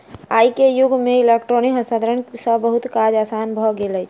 आई के युग में इलेक्ट्रॉनिक हस्तांतरण सॅ बहुत काज आसान भ गेल अछि